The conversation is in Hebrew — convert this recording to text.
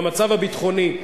במצב הביטחוני,